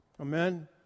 Amen